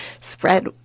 spread